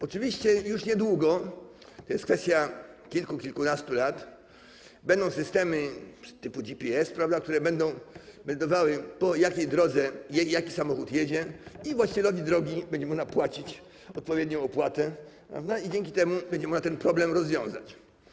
Oczywiście już niedługo - to jest kwestia kilku, kilkunastu lat - będą systemy typu GPS, które będą meldowały, po jakiej drodze jaki samochód jedzie, i właścicielowi drogi będzie można płacić odpowiednią opłatę i dzięki temu będzie można ten problem rozwiązać.